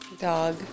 dog